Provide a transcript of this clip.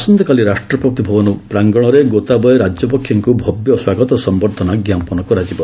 ଆସନ୍ତାକାଲି ରାଷ୍ଟ୍ରପତି ଭବନ ପ୍ରାଙ୍ଗଣରେ ଗୋତାବୟେ ରାଜପକ୍ଷେଙ୍କୁ ଭବ୍ୟ ସ୍ୱାଗତ ସମ୍ଭର୍ଦ୍ଧନା ଜ୍ଞାପନ କରାଯିବ